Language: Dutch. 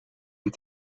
een